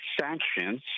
sanctions